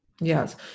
Yes